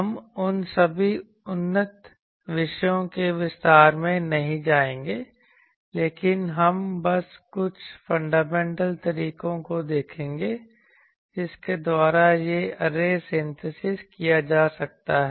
हम उन सभी उन्नत विषयों के विस्तार में नहीं जाएंगे लेकिन हम बस कुछ फंडामेंटल तरीकों को देखेंगे जिसके द्वारा यह ऐरे सिनथीसिज किया जा सकता है